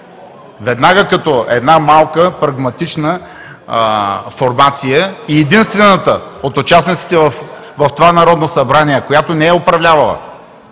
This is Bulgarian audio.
веднага като една малка прагматична формация и единствената от участниците в това Народно събрание, която не е управлявала,